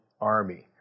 army